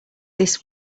this